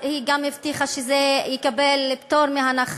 היא גם הבטיחה שזה יקבל פטור מחובת הנחה.